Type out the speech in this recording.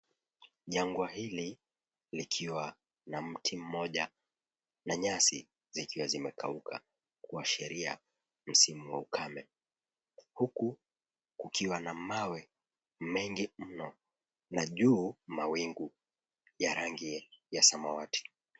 Jangwa hili likiwa na mti mmoja, na nyasi zikiwa zimekauka kuashiria msimu wa ukame, huku kukiwa na mawe mengi mno, na juu mawingu ya rangi ya samawati.